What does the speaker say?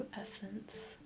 essence